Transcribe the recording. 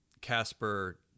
Casper